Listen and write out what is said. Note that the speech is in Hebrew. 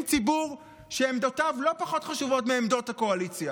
ציבור שעמדותיו לא פחות חשובות מעמדות הקואליציה,